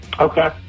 Okay